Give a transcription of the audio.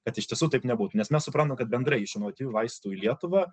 kad iš tiesų taip nebūt nes mes suprantam kad bendrai iš inovatyvių vaistų į lietuvą